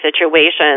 situations